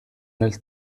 nel